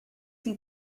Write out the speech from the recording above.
you